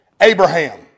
Abraham